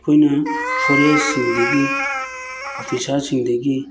ꯑꯩꯈꯣꯏꯅ ꯐꯣꯔꯦꯁꯁꯤꯡꯗꯒꯤ ꯑꯣꯐꯤꯁꯥꯔꯁꯤꯡꯗꯒꯤ